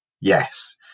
yes